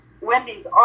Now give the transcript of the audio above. Wendy's